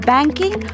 Banking